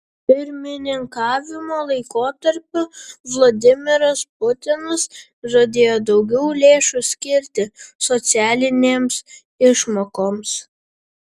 pirmininkavimo laikotarpiu vladimiras putinas žadėjo daugiau lėšų skirti socialinėms išmokoms